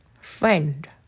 Friend